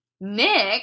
Nick